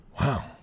Wow